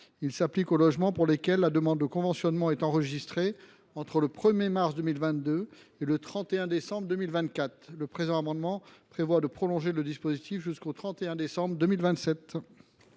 Il s’applique aux logements pour lesquels la demande de conventionnement est enregistrée entre le 1 mars 2022 et le 31 décembre 2024. Le présent amendement vise à prolonger le dispositif jusqu’au 31 décembre 2027.